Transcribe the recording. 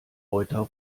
reuter